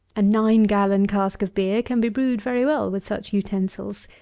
a nine gallon cask of beer can be brewed very well with such utensils.